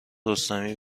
رستمی